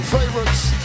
favorites